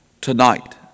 tonight